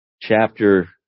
Chapter